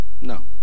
No